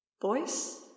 Voice